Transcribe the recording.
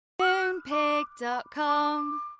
Moonpig.com